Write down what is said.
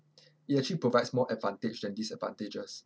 it actually provides more advantage than disadvantages